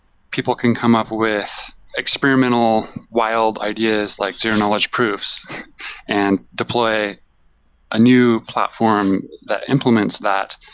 people can come up with experimental wild ideas, like zero-knowledge proofs and deploy a new platform that implements that.